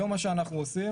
היום מה שאנחנו עושים